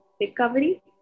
recovery